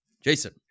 Jason